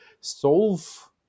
solve